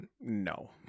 no